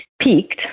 peaked